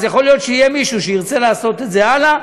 יכול להיות שיהיה מישהו שירצה לעשות את זה הלאה.